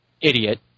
idiot